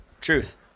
Truth